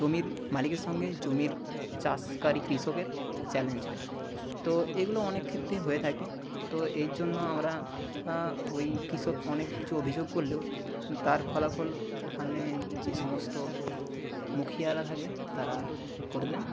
জমির মালিকের সঙ্গে জমির চাষকারী কৃষকের চ্যালেঞ্জ হয় তো এগুলো অনেক ক্ষেত্রে হয়ে থাকে তো এর জন্য আমরা ওই কৃষক অনেক কিছু অভিযোগ করলেও তার ফলাফল ওখানে যে সমস্ত মুখিয়ারা থাকে তারা করে দেন